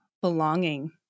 belonging